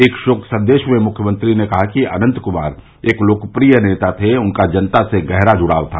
एक शोक सन्देश में मुख्यमंत्री ने कहा कि अनंत कुमार एक लोकप्रिय नेता थे उनका जनता से गहरा जुड़ाव था